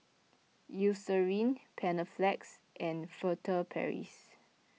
Eucerin Panaflex and Furtere Paris